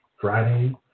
Friday